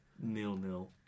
nil-nil